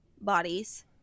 bodies